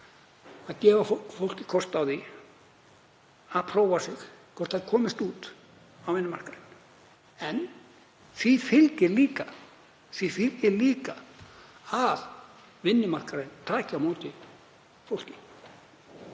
að gefa fólki kost á því að prófa hvort það komist út á vinnumarkaðinn. Því fylgir líka að vinnumarkaðurinn taki á móti fólki.